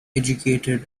educated